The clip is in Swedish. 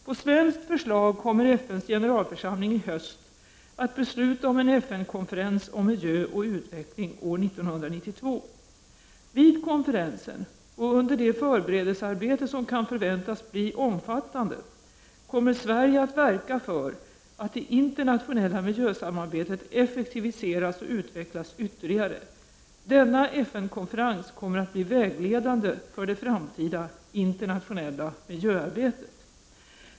På svenskt förslag kommer FN:s generalförsamling i höst att besluta om en FN-konferens om miljö och utveckling år 1992. Vid konferensen och under det förberedelsearbete som kan förväntas bli omfattande, kommer Sverige att verka för att det internationella miljösamarbetet effektiviseras och utvecklas ytterligare. Denna FN-konferens kommer att bli vägledande för det framtida internationella miljöarbetet.